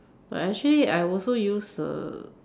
but actually I also use the